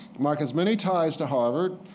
mark has many ties to harvard.